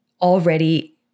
already